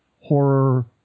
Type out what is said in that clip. horror